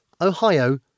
Ohio